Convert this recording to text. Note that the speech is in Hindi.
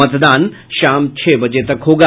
मतदान शाम छह बजे तक होगा